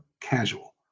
casual